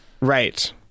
right